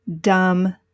dumb